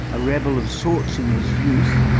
a rebel-of-sorts in his youth,